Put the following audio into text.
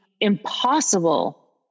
impossible